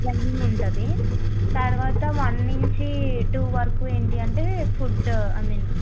training ఉంటుంది తర్వాత one నుంచి టూ వరకు ఏంటంటే ఫుడ్డు ఐ మీన్